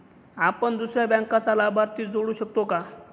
आपण दुसऱ्या बँकेचा लाभार्थी जोडू शकतो का?